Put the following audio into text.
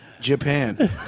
Japan